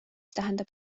tähendab